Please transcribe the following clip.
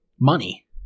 money